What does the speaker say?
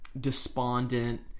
Despondent